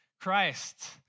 Christ